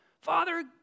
Father